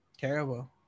Terrible